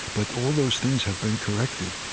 but all those things have been corrected.